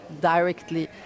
directly